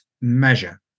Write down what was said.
measure